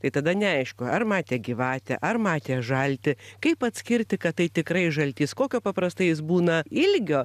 tai tada neaišku ar matė gyvatę ar matė žaltį kaip atskirti kad tai tikrai žaltys kokio paprastai jis būna ilgio